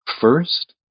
First